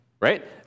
right